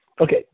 Okay